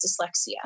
dyslexia